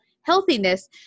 healthiness